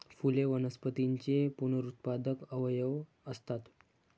फुले वनस्पतींचे पुनरुत्पादक अवयव असतात